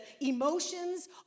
emotions